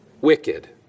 Wicked